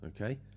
Okay